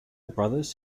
brothers